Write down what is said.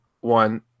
one